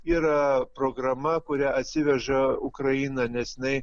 yra programa kurią atsiveža ukraina nes jinai